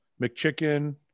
mcchicken